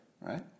right